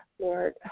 Lord